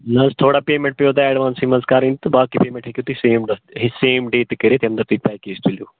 نہ حظ تھوڑا پیٚمٮ۪نٛٹ پیٚیِو تُہۍ اٮ۪ڈوانسٕے منٛز کَرٕنۍ تہٕ باقٕے ییٚمٮ۪نٛٹ ہیٚکِو تُہۍ سیم دۄہ تہِ سیم ڈے تہِ کٔرِتھ ییٚمہِ دۄہ تُہۍ پٮ۪کیج تُلِو